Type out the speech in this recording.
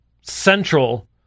Central